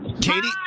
Katie